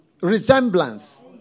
Resemblance